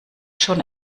schon